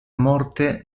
morte